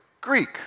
Greek